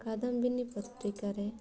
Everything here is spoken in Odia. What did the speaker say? କାଦମ୍ବିନୀ ପତ୍ରିକାରେ